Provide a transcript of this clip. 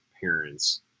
parents